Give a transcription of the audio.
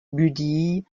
budille